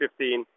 2015